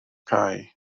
cae